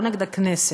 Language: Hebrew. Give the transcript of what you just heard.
לא נגד הכנסת.